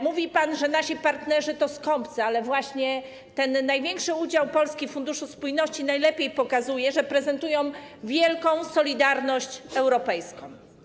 Mówi pan, że nasi partnerzy to skąpcy, ale właśnie ten największy udział Polski w Funduszu Spójności najlepiej pokazuje, że prezentują oni wielką solidarność europejską.